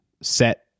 set